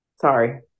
sorry